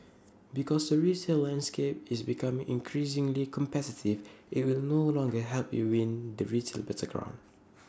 because the retail landscape is becoming increasingly competitive IT will no longer help you win the retail battleground